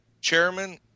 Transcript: chairman